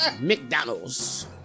McDonald's